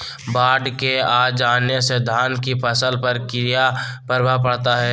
बाढ़ के आ जाने से धान की फसल पर किया प्रभाव पड़ता है?